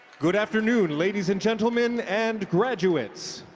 good afternoon, ladies and gentlemen and graduates.